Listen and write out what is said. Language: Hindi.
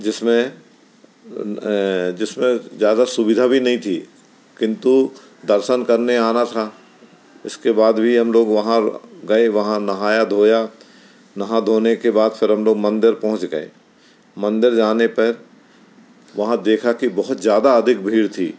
जिसमें जिसमें ज़्यादा सुविधा भी नहीं थी किन्तु दर्शन करने आना था इसके बाद भी हम लोग वहाँ गए वहाँ नहाया धोया नहा धोने के बाद फिर हम लोग मंदिर पहुँच गए मंदिर जाने पर वहाँ देखा कि बहुत ज़्यादा अधिक भीड़ थी